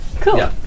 Cool